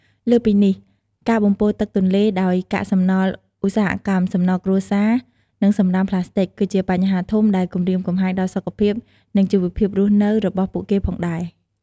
លើសពីនេះ ការបំពុលទឹកទន្លេ ដោយកាកសំណល់ឧស្សាហកម្ម សំណល់គ្រួសារ និងសំរាមប្លាស្ទិក ក៏ជាបញ្ហាធំដែលគំរាមកំហែងដល់សុខភាព និងជីវភាពរស់នៅរបស់ពួកគេផងដែរ។